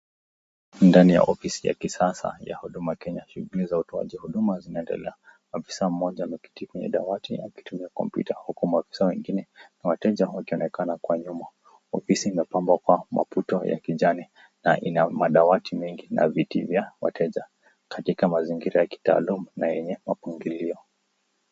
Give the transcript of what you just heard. Ndani ya ofisi ya kisasa ya huduma ya Kenya, shughuli za utoaji huduma zinaendelea. Afisa mmoja ameketi kwenye dawati akitumia kompyuta huku maafisa wengine na wateja wakionekana kwa nyuma. Ofisi imepambwa kwa maputo ya kijani na ina madawati mingi na viti vya wateja katika mazingira ya kitaalumu na yenye mpangilio.